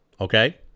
okay